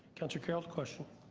councillor carroll a question.